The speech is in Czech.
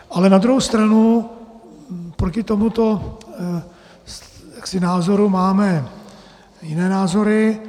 Ale na druhou stranu proti tomuto názoru máme jiné názory.